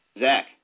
Zach